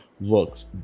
looks